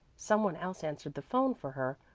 some one else answered the phone for her,